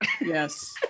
yes